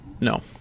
no